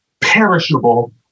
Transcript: perishable